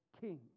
king